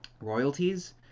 royalties